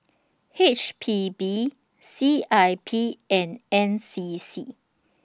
H P B C I P and N C C